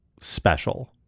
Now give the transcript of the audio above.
special